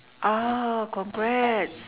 ah congrats